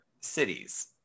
cities